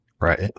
Right